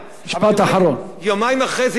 אבל יומיים אחרי זה החזירו את 100 המיליון,